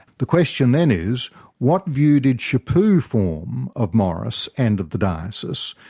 the question then is what view did chaput form of morris and of the diocese?